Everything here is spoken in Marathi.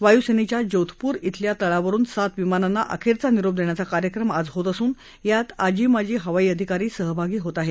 वायुसेनेच्या जोधपूर इथल्या तळावरुन सात विमानांना अखेरचा निरोप देण्याचा कार्यक्रम आज होत असून यात आजी माजी हवाई अधिकारी सहभागी होत आहेत